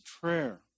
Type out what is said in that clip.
prayer